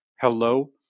hello